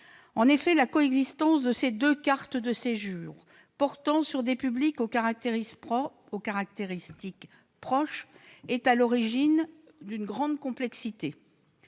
». La coexistence de ces deux cartes de séjour intéressant des publics aux caractéristiques proches est à l'origine d'une grande complexité.